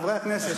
חברים,